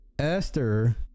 Esther